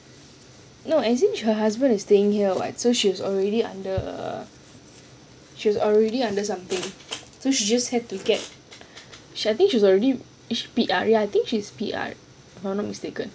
no as in her husband is staying here [what] so she is already under err she was already under something so she just had to get she I think she's already P_R ya I think she's P_R is I'm not mistaken